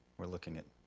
we're looking at